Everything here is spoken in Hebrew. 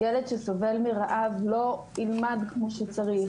ילד שסובל מרעב לא ילמד כמו שצריך,